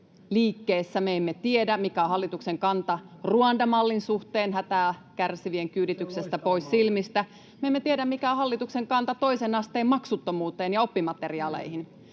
me emme tiedä, mikä on hallituksen kanta Ruanda-mallin suhteen, hätää kärsivien kyydityksestä pois silmistä, [Mauri Peltokangas: Se on loistava malli!] ja me emme tiedä, mikä on hallituksen kanta toisen asteen maksuttomuuteen ja oppimateriaaleihin.